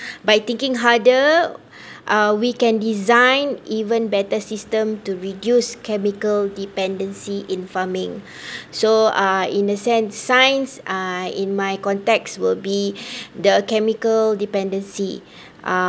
by thinking harder uh we can design even better system to reduce chemical dependancy in farming so uh in a sense science uh in my context will be the chemical dependancy